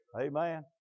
amen